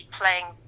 playing